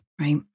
right